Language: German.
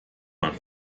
man